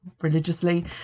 religiously